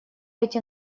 эти